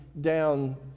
down